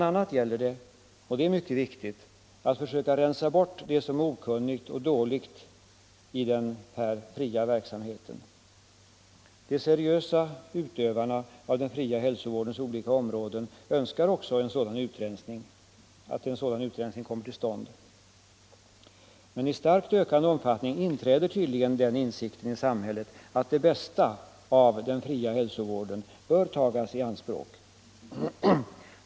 a. gäller det — och det är mycket viktigt — att försöka rensa bort det som är okunnigt och dåligt i den här fria verksamheten. De seriösa Nr 132 utövarna av den fria hälsovårdens olika områden önskar också att en Måndagen den sådan utrensning kommer till stånd. Men i starkt ökande omfattning 2 december 1974 inträder tydligen den insikten i samhället att det bästa av den fria hälsovården bör tagas i anspråk.